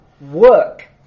work